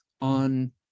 on